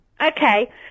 Okay